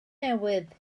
newydd